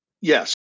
Yes